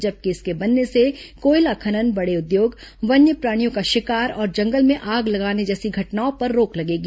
जबकि इसके बनने से कोयला खनन बड़े उद्योग वन्य प्राणियों का शिकार और जंगल में आग लगाने जैसी घटनाओं पर रोक लगेगी